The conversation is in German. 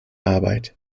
arbeit